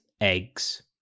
eggs